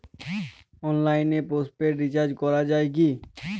অনলাইনে postpaid recharge করা যায় কি?